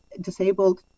disabled